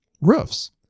roofs